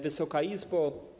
Wysoka Izbo!